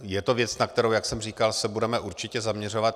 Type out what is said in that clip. Je to věc, na kterou, jak jsem říkal, se budeme určitě zaměřovat.